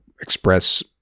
express